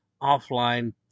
offline